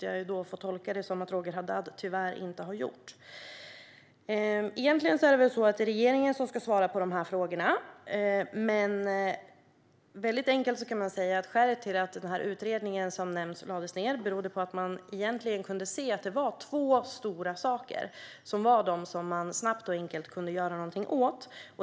Jag får tyvärr tolka det som att Roger Haddad inte gjorde det. Egentligen är det regeringen som ska svara på dessa frågor, men väldigt enkelt kan man säga att skälet till att den nämnda utredningen lades ned var att man kunde se att det var två stora saker som man snabbt och enkelt kunde göra något åt.